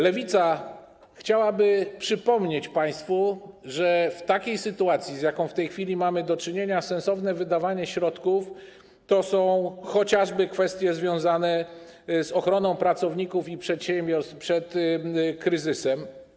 Lewica chciałaby przypomnieć państwu, że w takiej sytuacji, z jaką w tej chwili mamy do czynienia, sensowne wydawanie środków to są chociażby kwestie związane z ochroną pracowników i przedsiębiorstw przed kryzysem.